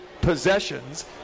possessions